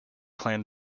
claimed